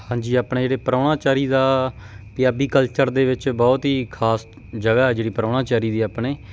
ਹਾਂਜੀ ਆਪਣੇ ਜਿਹੜੇ ਪ੍ਰਾਹੁਣਾਚਾਰੀ ਦਾ ਪੰਜਾਬੀ ਕਲਚਰ ਦੇ ਵਿੱਚ ਬਹੁਤ ਹੀ ਖਾਸ ਜਗ੍ਹਾ ਜਿਹੜੀ ਪ੍ਰਾਹੁਣਾਚਾਰੀ ਦੀ ਆਪਣੇ